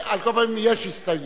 על כל פנים, יש הסתייגויות.